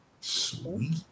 Sweet